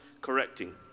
correcting